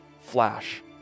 flash